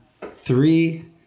Three